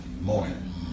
Morning